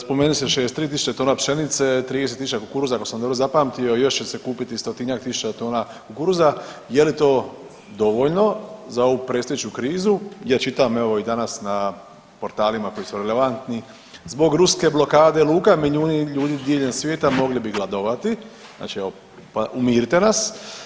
Spomenuli ste 63.000 tona pšenice, 30.000 kukuruza ako sam dobro zapamtio, još će se kupiti 100-tinjak tisuća tona kukuruza, je li to dovoljno za ovu predstojeću krizu gdje čitam evo i danas na portalima koji su relevantni zbog ruske blokade luka milijuni ljudi diljem svijeta mogli bi gladovati, znači evo umirite nas.